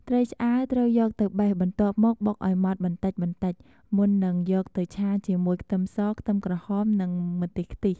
ត្រីឆ្អើរ ត្រូវយកទៅបេះបន្ទាប់មកបុកឱ្យម៉ត់បន្តិចៗ មុននឹងយកទៅឆាជាមួយខ្ទឹមស ខ្ទឹមក្រហម និងម្ទេសខ្ទិះ។